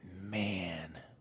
Man